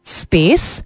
space